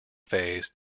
phase